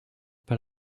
but